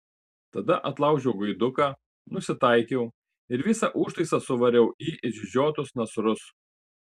tada atlaužiau gaiduką nusitaikiau ir visą užtaisą suvariau į išžiotus nasrus